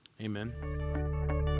Amen